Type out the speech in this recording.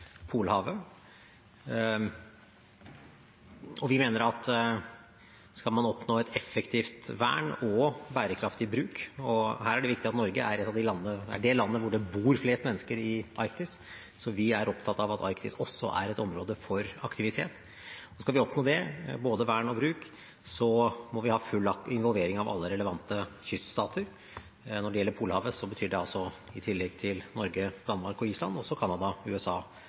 Vi mener at skal man oppnå et effektivt vern og en bærekraftig bruk – og her er det viktig at Norge er det landet hvor det bor flest mennesker i Arktis, så vi er opptatt av at Arktis også er et område for aktivitet – må vi ha full involvering av alle relevante kyststater. Når det gjelder Polhavet, betyr det, i tillegg til Norge, Danmark og Island, også Canada, USA